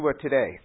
today